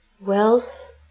wealth